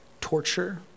torture